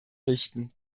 richten